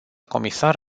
comisar